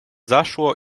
zaszło